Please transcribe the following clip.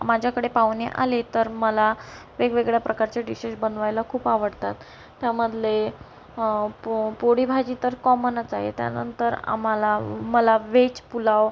माझ्याकडे पाहुणे आले तर मला वेगवेगळ्या प्रकारचे डिशेश बनवायला खूप आवडतात त्यामधले पो पोळीभाजी तर कॉमनच आहे त्यानंतर आम्हाला मला वेज पुलाव